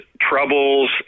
troubles